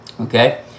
Okay